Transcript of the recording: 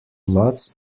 lots